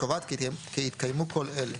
וקובעת כי התקיימו כל אלה: